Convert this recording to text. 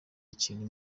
ikintu